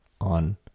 on